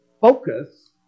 focus